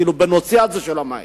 לדון בנושא הזה של המים.